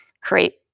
Create